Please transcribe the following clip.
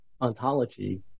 ontology